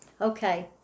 Okay